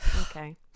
Okay